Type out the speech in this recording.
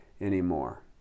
anymore